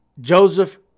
Joseph